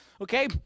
okay